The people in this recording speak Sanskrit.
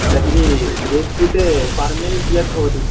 तर्हि हेड् कृते पर् मील् कियद्भवति